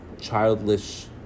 childish